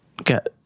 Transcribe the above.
Get